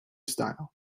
style